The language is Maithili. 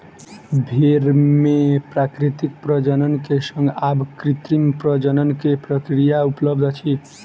भेड़ मे प्राकृतिक प्रजनन के संग आब कृत्रिम प्रजनन के प्रक्रिया उपलब्ध अछि